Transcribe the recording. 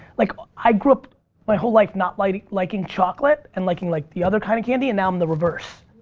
like ah i grew up my whole life not like liking chocolate and liking like the other kind of candy, and now i'm the reverse.